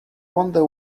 wonder